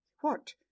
What